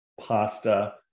pasta